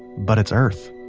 but it's earth